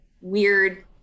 weird